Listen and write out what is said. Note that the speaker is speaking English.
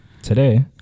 today